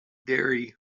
dairy